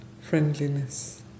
friendliness